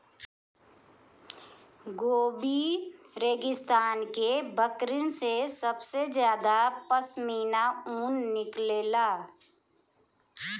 Gobi रेगिस्तान के बकरिन से सबसे ज्यादा पश्मीना ऊन निकलेला